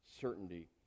certainty